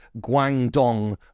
Guangdong